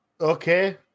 okay